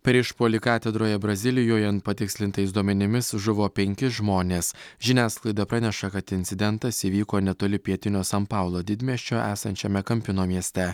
per išpuolį katedroje brazilijoje patikslintais duomenimis žuvo penki žmonės žiniasklaida praneša kad incidentas įvyko netoli pietinio san paulo didmiesčio esančiame kampino mieste